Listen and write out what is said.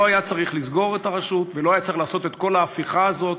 לא היה צריך לסגור את הרשות ולא היה צריך לעשות את כל ההפיכה הזאת,